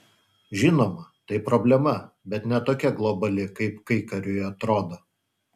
žinoma tai problema bet ne tokia globali kaip kaikariui atrodo